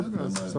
בסדר.